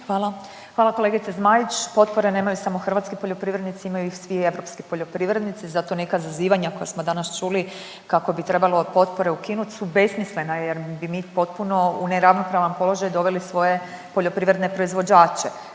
Hvala kolegice Zmaić. Potpore nemaju samo hrvatski poljoprivrednici imaju iz svi europski poljoprivrednici, zato neka zazivanja koja smo danas čuli kako bi trebalo potpore ukinut su besmislena jer bi mi potpuno u neravnopravan položaj doveli svoje poljoprivredne proizvođače.